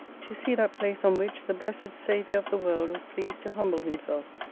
to see that place, on which the blessed saviour of the world was pleased to humble himself,